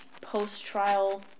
post-trial